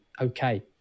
okay